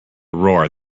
roar